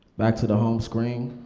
back to the home screen.